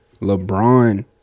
LeBron